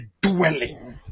dwelling